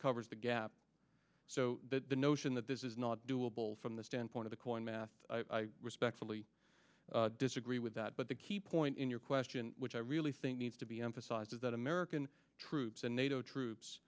covers the gap so that the notion that this is not doable from the standpoint of the coin math i respectfully disagree with that but the key point in your question which i really think needs to be emphasized is that american troops and nato troops